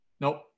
nope